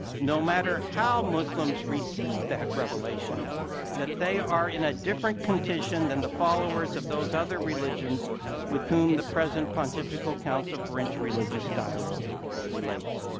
no matter how muslims receive that revelation that they are in a different condition than the followers of those other religions with whom the present pontifical council for interreligious dialogue relates.